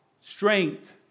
strength